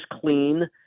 clean